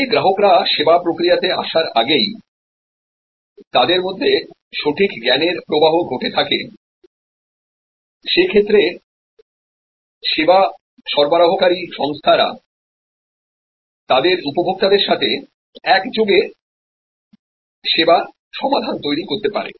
যদি গ্রাহকরা process flow তে আসার আগেই তাদের মধ্যে সঠিক জ্ঞানের প্রবাহ ঘটে থাকে সে ক্ষেত্রে পরিষেবা সরবরাহকারী সংস্থা রা তাদের উপভোক্তাদের সাথে একযোগে পরিষেবা সমাধান তৈরি করতে পারে